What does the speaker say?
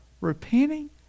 Repenting